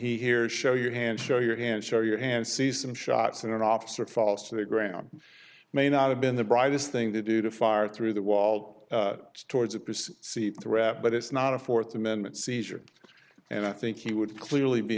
he hears show your hand show your hand show your hand see some shots and an officer falls to the ground may not have been the brightest thing to do to fire through the wall towards a perceived threat but it's not a fourth amendment seizure and i think he would clearly be